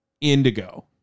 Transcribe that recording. Indigo